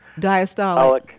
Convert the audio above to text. Diastolic